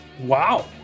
Wow